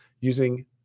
using